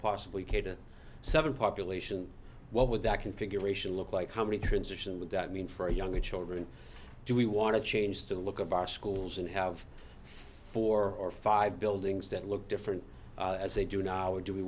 possibly cater seven population what would that configuration look like how many tradition would that mean for younger children do we want to change the look of our schools and have four or five buildings that look different as they do now or do we